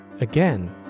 again